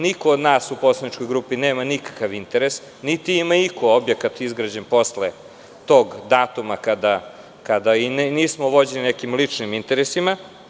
Niko od nas u poslaničkoj grupi nema nikakav interes, niti ima iko objekat izgrađen posle tog datuma i nismo vođeni nekim ličnim interesima.